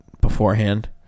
beforehand